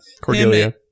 Cordelia